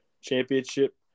championship